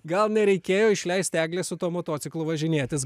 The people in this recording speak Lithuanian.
gal nereikėjo išleist eglės su tuo motociklu važinėtis